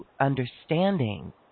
understanding